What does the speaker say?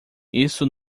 isso